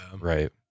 right